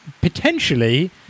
potentially